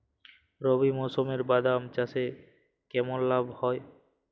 রবি মরশুমে বাদাম চাষে কেমন লাভ হয়?